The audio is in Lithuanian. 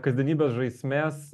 kasdienybės žaismės